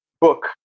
book